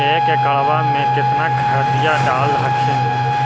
एक एकड़बा मे कितना खदिया डाल हखिन?